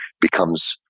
becomes